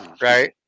Right